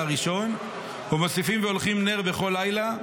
הראשון ומוסיפין והולכים נר בכל לילה,